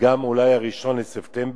וגם אולי 1 בספטמבר,